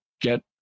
get